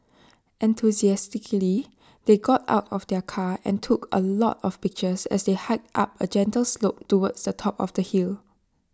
enthusiastically they got out of the car and took A lot of pictures as they hiked up A gentle slope towards the top of the hill